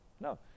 No